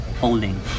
holding